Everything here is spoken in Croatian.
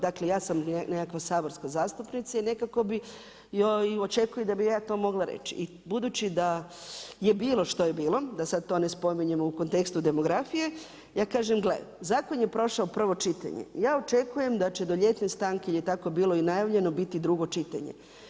Dakle ja sam nekakva saborska zastupnica i očekuje da bi joj ja to mogla reći i budući da je bilo što je bilo, da sada to ne spominjemo u kontekstu demografije, ja kažem gle zakon je prošao prvo čitanje, ja očekujem da će do ljetne stanke jel je tako bilo i najavljeno biti drugo čitanje.